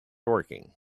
working